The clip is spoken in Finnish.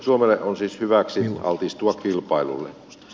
suomelle on siis hyväksi altistua kilpailulle